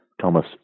Thomas